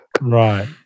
Right